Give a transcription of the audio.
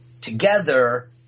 together